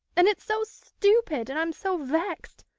and it's so stupid, and i'm so vexed.